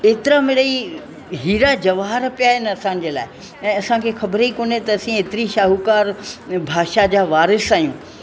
एतिरा मिड़ई हीरा जवाहर पिया आहिनि असांजे लाइ ऐं असांखे ख़बरु ई कोन्हे त असीं एतिरी शाहूकारु भाषा जा वारिस आहियूं